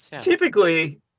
typically